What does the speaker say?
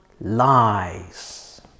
Lies